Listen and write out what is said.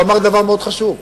הוא אמר דבר מאוד חשוב,